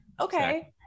Okay